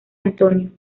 antonio